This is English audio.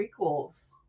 prequels